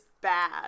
bad